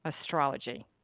astrology